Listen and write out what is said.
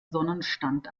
sonnenstand